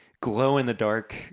glow-in-the-dark